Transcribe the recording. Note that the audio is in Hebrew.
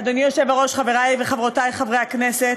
אדוני היושב-ראש, חברי וחברותי חברי הכנסת,